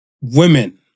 Women